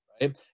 right